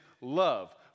love